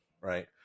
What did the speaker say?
right